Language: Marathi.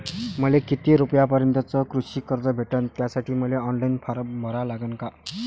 मले किती रूपयापर्यंतचं कृषी कर्ज भेटन, त्यासाठी मले ऑनलाईन फारम भरा लागन का?